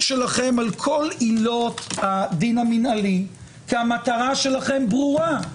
שלכם על כל עילות הדין המינהלי כי המטרה שלכם ברורה.